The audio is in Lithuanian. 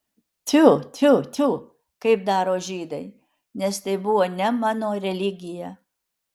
tfiu tfiu tfiu kaip daro žydai nes tai buvo ne mano religija